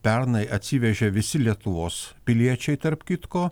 pernai atsivežė visi lietuvos piliečiai tarp kitko